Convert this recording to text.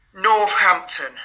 Northampton